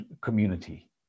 community